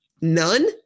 None